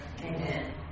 Amen